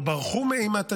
או ברחו מאימת הדין,